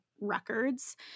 records